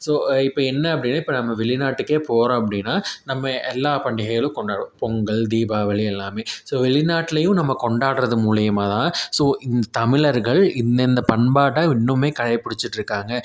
so இப்போ என்ன அப்படின்னா இப்போ நம்ம வெளிநாட்டுக்கே போகிறோம் அப்படின்னா நம்ம எல்லா பண்டிகைகளும் கொண்டாடுவோம் பொங்கல் தீபாவளி எல்லாமே ஸோ வெளிநாட்டுலையும் நம்ம கொண்டாடுறது மூலிமா தான் ஸோ இந்த தமிழர்கள் இந்தந்த பண்பாட்டை இன்னுமே கடைபிடிச்சிட்டு இருக்காங்க